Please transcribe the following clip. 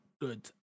good